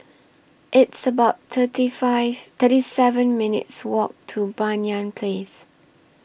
It's about thirty five thirty seven minutes' Walk to Banyan Place